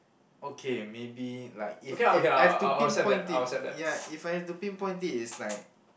okay maybe like if if I've to pinpoint it ya if I have to pinpoint it's like